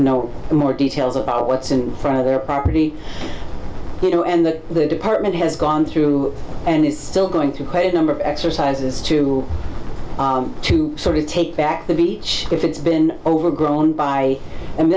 know more details about what's in front of their property you know and that the department has gone through and is still going through quite a number of exercises to to sort of take back the beach if it's been overgrown by and